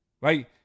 right